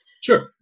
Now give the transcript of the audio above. sure